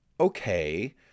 Okay